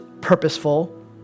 purposeful